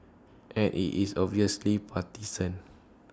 and IT is obviously partisan